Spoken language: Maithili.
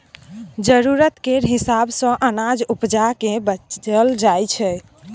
जरुरत केर हिसाब सँ अनाज उपजा केँ बेचल जाइ छै